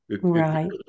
Right